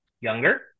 younger